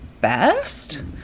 best